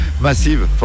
massive